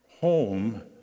home